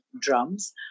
Drums